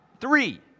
Three